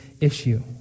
issue